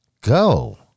Go